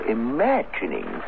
imagining